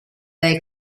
dai